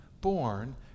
born